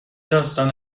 داستان